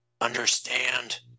Understand